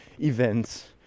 events